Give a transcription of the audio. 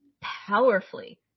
powerfully